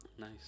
nice